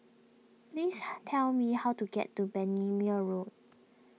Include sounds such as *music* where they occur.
please *noise* tell me how to get to Bendemeer Road